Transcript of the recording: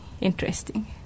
interesting